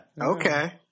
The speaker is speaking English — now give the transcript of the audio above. Okay